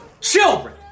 children